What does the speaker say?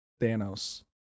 Thanos